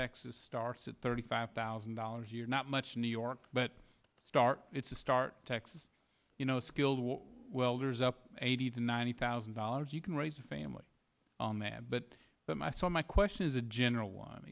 texas starts at thirty five thousand dollars a year not much new york but start it's a start texas you know skilled welders up eighty to ninety thousand dollars you can raise a family but that my so my question is a general one